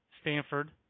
Stanford